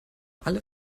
alle